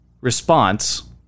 response